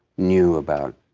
knew about,